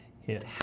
hit